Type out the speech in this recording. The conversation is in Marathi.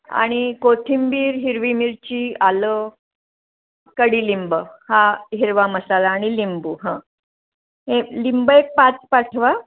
आणि कोथिंबीर हिरवी मिरची आलं कडूलिंब हा हिरवा मसाला आणि लिंबू हं हे लिंबं एक पाच पाठवा